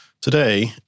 today